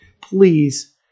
Please